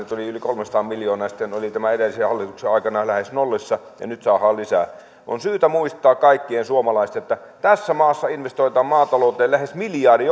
tuli yli kolmesataa miljoonaa ja sitten se oli edellisen aikana lähes nollissa ja nyt saadaan lisää on syytä muistaa kaikkien suomalaisten että tässä maassa investoidaan maatalouteen lähes miljardi